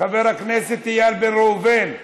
חבר הכנסת איל בן ראובן,